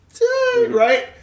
right